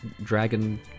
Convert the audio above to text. dragon